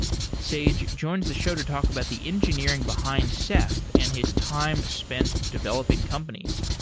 sage joins the show to talk about the engineering behind ceph and his time spent developing companies.